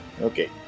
Okay